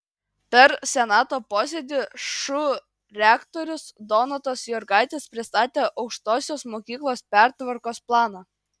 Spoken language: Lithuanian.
per senato posėdį šu rektorius donatas jurgaitis pristatė aukštosios mokyklos pertvarkos planą